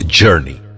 journey